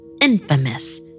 infamous